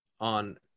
on